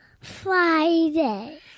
Friday